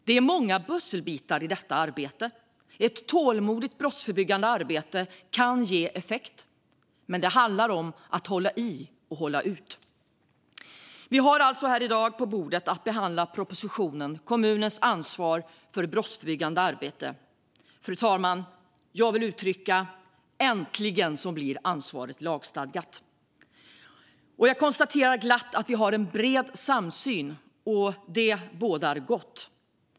Det finns många pusselbitar i detta arbete. Ett tålmodigt brottsförebyggande arbete kan ge effekt, men det handlar om att hålla i och hålla ut. Vi har i dag att behandla propositionen Kommuners ansvar för brottsförebyggande arbete . Jag vill utrycka följande, fru talman: Äntligen blir ansvaret lagstadgat! Jag konstaterar glatt att vi har en bred samsyn, och det bådar gott.